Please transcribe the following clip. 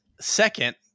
second